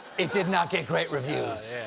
it did not get great reviews.